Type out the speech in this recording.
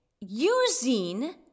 using